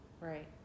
Right